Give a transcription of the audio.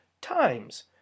times